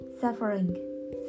suffering